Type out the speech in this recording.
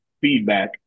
feedback